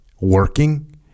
working